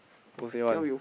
who say one